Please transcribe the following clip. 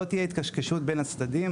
לא תהיה התקשקשות בין הצדדים,